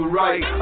right